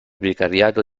vicariato